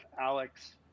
Alex